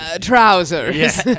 trousers